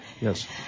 Yes